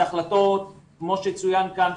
זה החלטות כמו שצוין כאן,